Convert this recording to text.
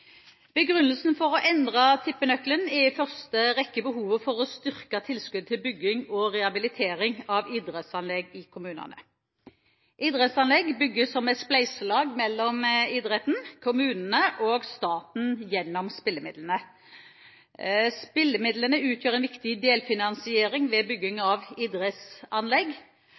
Begrunnelsen for å endre tippenøkkelen er i første rekke behovet for å styrke tilskuddet til bygging og rehabilitering av idrettsanlegg i kommunene. Idrettsanlegg bygges som et spleiselag mellom idretten, kommunene og staten gjennom spillemidlene. Spillemidlene utgjør en viktig delfinansiering ved bygging av idrettsanlegg,